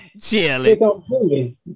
chilling